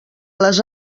les